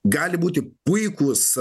gali būti puikūs